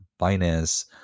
Binance